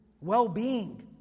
well-being